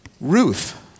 Ruth